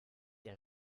der